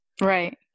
Right